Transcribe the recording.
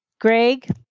Greg